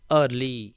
early